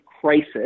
crisis